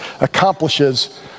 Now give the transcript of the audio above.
accomplishes